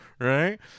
right